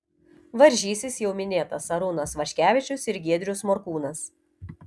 varžysis jau minėtas arūnas vaškevičius ir giedrius morkūnas